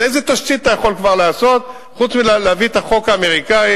אז איזו תשתית אתה יכול כבר לעשות חוץ מלהביא את החוק האמריקני?